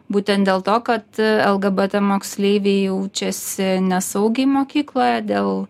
būtent dėl to kad lgbt moksleiviai jaučiasi nesaugiai mokykloje dėl